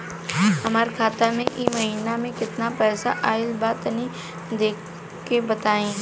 हमरा खाता मे इ महीना मे केतना पईसा आइल ब तनि देखऽ क बताईं?